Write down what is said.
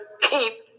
keep